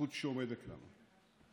זכות שעומדת לנו.